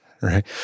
Right